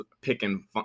picking